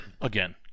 Again